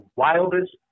wildest